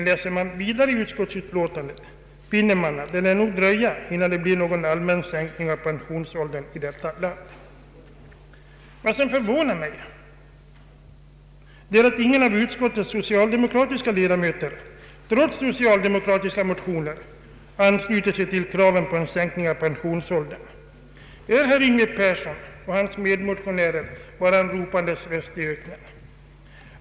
Läser man vidare i utskottsutlåtandet, finner man att det nog lär dröja innan det blir någon allmän sänkning av pensionsåldern i vårt land. Vad som förvånar mig är att ingen av utskottets socialdemokratiska ledamöter, trots socialdemokratiska motioner, har anslutit sig till förslaget om en sänkning av pensionsåldern. Är herr Yngve Persson och hans medmotionärer bara en ropandes röst i öknen?